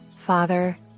Father